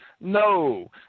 No